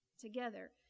together